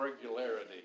regularity